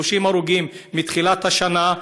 30 הרוגים מתחילת השנה,